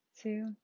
two